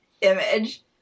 image